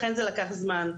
לכן זה לקח זמן.